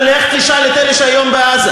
ולך תשאל את אלה שהיום בעזה,